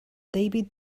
david